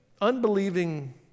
unbelieving